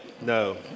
No